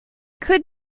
could